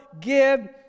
give